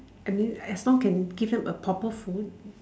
I mean as long can give them a proper food